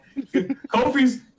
Kofi's